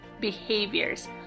behaviors